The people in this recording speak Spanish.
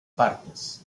partes